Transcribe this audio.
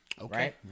Okay